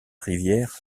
rivière